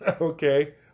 Okay